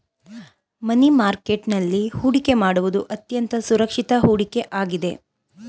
ಮನಿ market ನಲ್ಲಿ ಹೊಡಿಕೆ ಮಾಡುವುದು ಅತ್ಯಂತ ಸುರಕ್ಷಿತ ಹೂಡಿಕೆ ಆಗಿದೆ